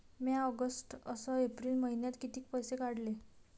म्या ऑगस्ट अस एप्रिल मइन्यात कितीक पैसे काढले?